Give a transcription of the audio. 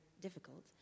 difficult